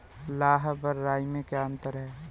लाह व राई में क्या अंतर है?